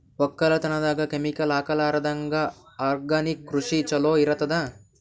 ಒಕ್ಕಲತನದಾಗ ಕೆಮಿಕಲ್ ಹಾಕಲಾರದಂಗ ಆರ್ಗ್ಯಾನಿಕ್ ಕೃಷಿನ ಚಲೋ ಇರತದ